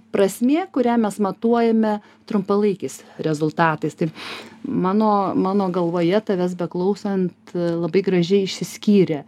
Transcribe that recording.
prasmė kurią mes matuojame trumpalaikiais rezultatais taip mano mano galvoje tavęs beklausant labai gražiai išsiskyrė